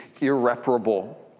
irreparable